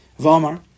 V'omar